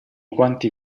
quanti